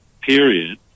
period